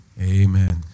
Amen